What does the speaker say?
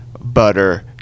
butter